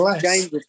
James